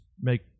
make